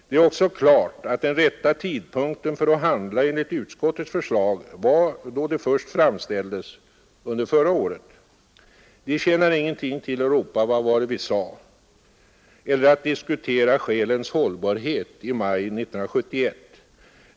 Det är också klart att den rätta tidpunkten för att handla enligt utskottets förslag var då det först framställdes under förra året. Det tjänar ingenting till att ropa ”Vad var det vi sade?” eller att diskutera skälens hållbarhet i maj 1971.